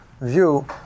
view